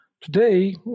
today